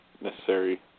necessary